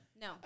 No